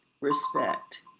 respect